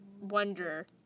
wonder